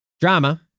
drama